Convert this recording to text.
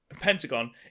Pentagon